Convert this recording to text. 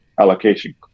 allocation